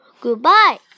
Goodbye